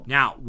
Now